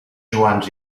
joans